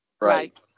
right